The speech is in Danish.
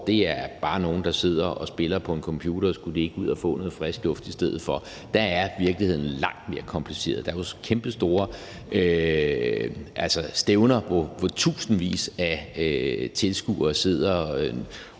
handler om nogle, der sidder og spiller på en computer og bare skal ud og få noget frisk luft i stedet for, er virkeligheden langt mere kompliceret. Der er jo kæmpestore stævner, hvor tusindvis af tilskuere sidder